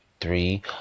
three